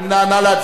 מי נמנע?